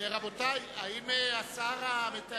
שר המשפטים.